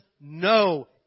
no